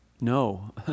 No